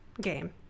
game